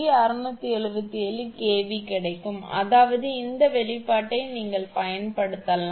677 kV கிடைக்கும் அதாவது இந்த வெளிப்பாட்டை நீங்கள் பயன்படுத்தலாம்